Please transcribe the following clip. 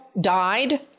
died